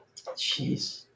Jeez